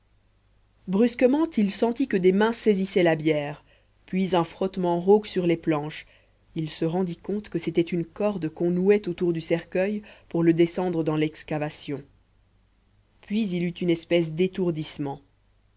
brusquement il sentit que des mains saisissaient la bière puis un frottement rauque sur les planches il se rendit compte que c'était une corde qu'on nouait autour du cercueil pour le descendre dans l'excavation puis il eut une espèce d'étourdissement